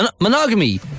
monogamy